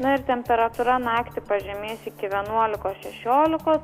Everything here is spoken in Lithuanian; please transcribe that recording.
na ir temperatūra naktį pažemės iki vienuolikos šešiolikos